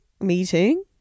meeting